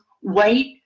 white